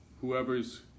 whoever's